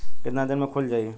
कितना दिन में खुल जाई?